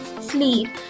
sleep